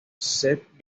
seth